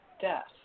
death